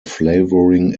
flavoring